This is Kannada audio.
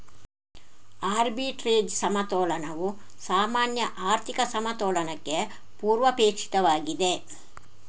ಆರ್ಬಿಟ್ರೇಜ್ ಸಮತೋಲನವು ಸಾಮಾನ್ಯ ಆರ್ಥಿಕ ಸಮತೋಲನಕ್ಕೆ ಪೂರ್ವಾಪೇಕ್ಷಿತವಾಗಿದೆ